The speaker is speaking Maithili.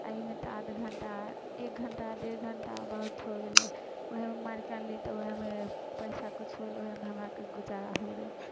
आओर एहिमे तऽ आध घण्टा एक घण्टा डेढ़ घण्टा बहुत हो गेलै ओहेमे मारिकऽ आनली तऽ ओहेमे पइसा किछु होल ओहेमे हमरा आरके गुजारा हो गेल